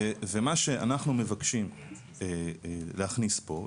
ומה שאנחנו מבקשים להכניס פה,